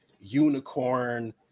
unicorn